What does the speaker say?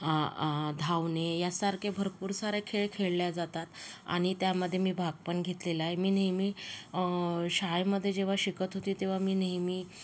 धावणे यासारखे भरपूर सारे खेळ खेळले जातात आणि त्यामध्ये मी भाग पण घेतलेला आहे मी नेहमी शाळेमध्ये जेव्हा शिकत होते तेव्हा मी नेहमी